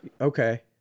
Okay